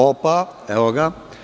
Opa, evo ga.